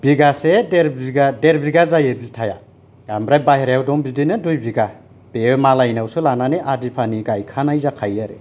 बिगासे देर बिगा देर बिगा जायो बिथाया ओमफ्राय बाहेरायाव दं बिदिनो दुइ बिगा बेयो मालायनावसो लानानै आदि पानि गायखानाय जाखायो आरो